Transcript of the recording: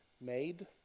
made